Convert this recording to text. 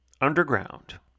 underground